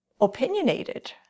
opinionated